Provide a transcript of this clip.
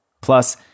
Plus